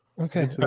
Okay